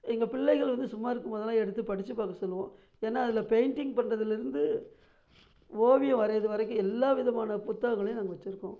எங்கள் பிள்ளைகள் வந்து சும்மா இருக்கும் போதெலாம் எடுத்து படிச்சு பார்க்க சொல்லி சொல்லுவோம் ஏன்னால் அதில் பெயிண்டிங் பண்ணுறதிலிருந்து ஓவியம் வரைகிறது வரைக்கும் எல்லா விதமான புத்தகங்களையும் நாங்கள் வச்சுருக்கோம்